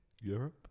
Europe